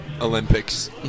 Olympics